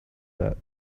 that